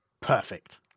Perfect